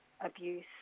abuse